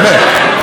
באמת.